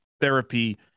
therapy